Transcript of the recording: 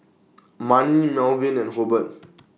Manie Malvin and Hobert